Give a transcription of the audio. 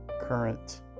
current